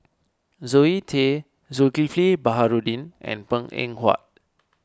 Zoe Tay Zulkifli Baharudin and Png Eng Huat